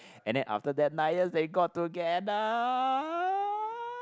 and then after that night they got together